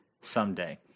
someday